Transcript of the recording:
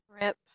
Rip